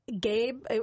Gabe